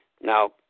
Now